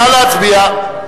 נא להצביע.